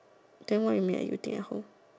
then why you meet at you think at home